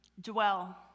Dwell